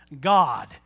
God